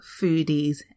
foodies